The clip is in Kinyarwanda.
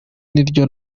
niryo